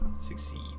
succeed